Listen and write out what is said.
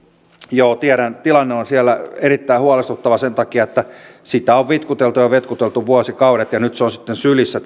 joo tiedän tilanne on siellä erittäin huolestuttava sen takia että sitä on vitkuteltu ja vetkuteltu vuosikaudet ja nyt tämä tilanne on sitten sylissä